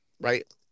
Right